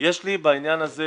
יש לי בעניין הזה